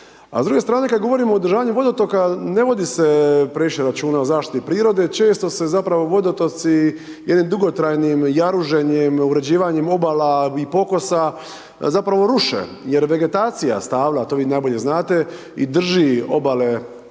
A s druge strane kad govorimo o održavanju vodotoka, ne vodi se previše računa o zaštiti prirode, često se zapravo vodotoci ili dugotrajni, jaružen je neograđivanjem obala i pokosa zapravo ruše jer je vegetacija stala, to vi najbolje znate i drži obale znači